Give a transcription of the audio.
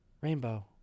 rainbow